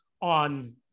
on